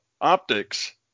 optics